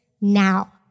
now